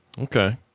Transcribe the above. Okay